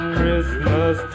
Christmas